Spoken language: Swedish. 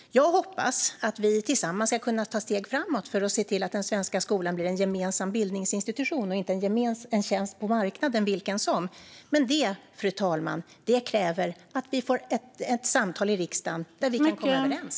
Jag hoppas att vi tillsammans ska kunna ta steg framåt för att se till att den svenska skolan blir en gemensam bildningsinstitution och inte en tjänst på marknaden vilken som helst. Men det, fru talman, kräver att vi får ett samtal i riksdagen och kan komma överens.